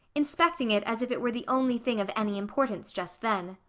inspecting it as if it were the only thing of any importance just then.